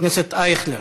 חבר הכנסת אייכלר,